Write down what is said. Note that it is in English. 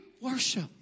worship